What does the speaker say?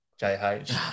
JH